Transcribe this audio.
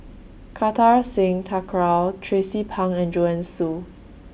Kartar Singh Thakral Tracie Pang and Joanne Soo